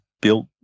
built